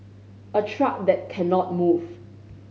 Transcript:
a truck that cannot move